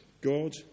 God